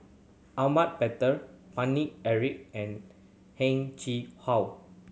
Ahmad Mattar Paine Eric and Heng Chee How